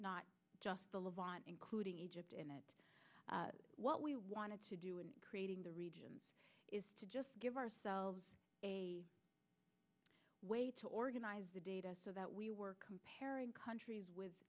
not just to live on including egypt and what we wanted to do in creating the region is to just give ourselves a way to organize the data so that we were comparing countries with